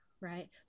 right